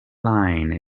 line